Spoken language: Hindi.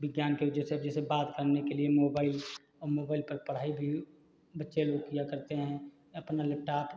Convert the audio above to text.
विज्ञान के जैसे जैसे बात करने के लिए मोबाइल और मोबाइल पर पढ़ाई भी बच्चे लोग किया करते हैं अपना लैपटॉप